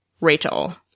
Rachel